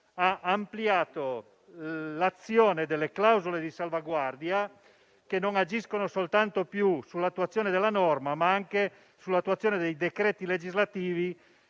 21, l'azione delle clausole di salvaguardia, che non agiscono più soltanto sull'attuazione della norma, ma anche sull'attuazione dei decreti legislativi